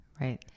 right